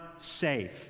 safe